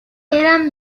eran